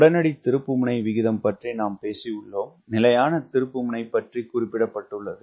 உடனடி திருப்புமுனை விகிதம் பற்றி நாம் பேசியுள்ளோம் நிலையான திருப்புமுனை பற்றி குறிப்பிடப்பட்டுள்ளது